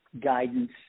guidance